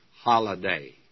holiday